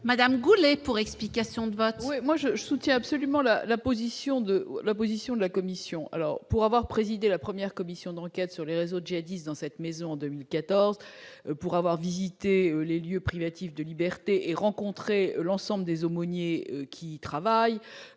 Nathalie Goulet, pour explication de vote. Je soutiens absolument la position de la commission. Pour avoir présidé la première commission d'enquête sur les réseaux djihadistes, en 2014, dans cette maison, pour avoir visité les lieux privatifs de liberté et avoir rencontré l'ensemble des aumôniers qui y travaillent,